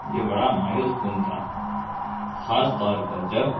یہ بڑا مایوس کن تھا خاص طور پر جب